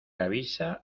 avisa